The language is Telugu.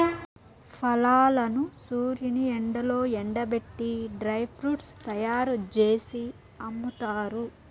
ఫలాలను సూర్యుని ఎండలో ఎండబెట్టి డ్రై ఫ్రూట్స్ తయ్యారు జేసి అమ్ముతారు